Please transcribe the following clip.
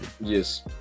yes